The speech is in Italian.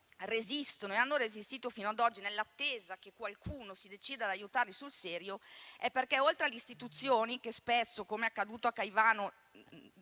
e hanno resistito fino ad oggi e sopravvivono nell'attesa che qualcuno si decida ad aiutarle sul serio è perché oltre alle istituzioni che spesso, come è accaduto a Caivano,